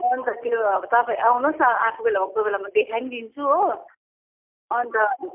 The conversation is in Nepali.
अन्त त्यो तपाईँ आउनुहोस् न आएको बेला कोही बेला म देखाई पनि दिन्छु हो अन्त